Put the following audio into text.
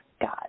God